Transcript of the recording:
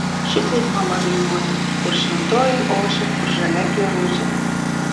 šitaip mama dainuoja kur šventoji ošia kur žalia giružė